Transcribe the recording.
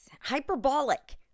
Hyperbolic